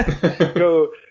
go